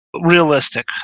realistic